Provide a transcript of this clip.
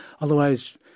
otherwise